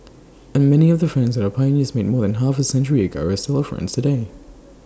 and many of the friends that our pioneers made more than half A century ago are still our friends today